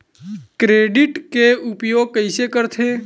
Credit के उपयोग कइसे करथे?